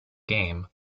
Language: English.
game